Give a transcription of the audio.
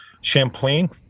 Champlain